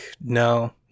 No